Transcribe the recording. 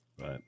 Right